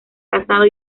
casado